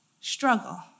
struggle